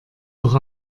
doch